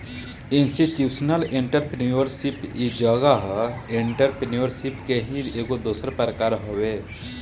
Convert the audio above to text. institutional entrepreneurship इ जवन ह एंटरप्रेन्योरशिप के ही एगो दोसर प्रकार हवे